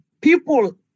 people